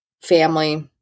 family